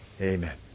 Amen